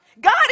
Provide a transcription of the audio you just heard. God